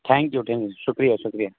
thank you thank you شکریہ شکریہ